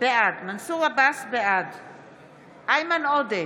בעד איימן עודה,